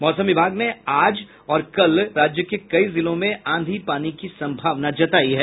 मौसम विभाग ने आज और कल राज्य के कई जिलों में आंधी पानी की संभावना जतायी है